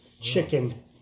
chicken